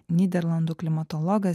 nyderlandų klimatologas